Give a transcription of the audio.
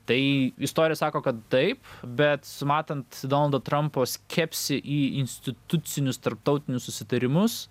tai istorija sako kad taip bet matant donaldo trampo skepsį į institucinius tarptautinius susitarimus